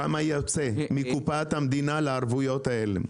כמה יוצא מקופת המדינה לערבויות הללו?